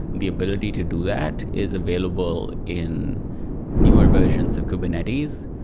the ability to do that is available in newer versions of kubernetes.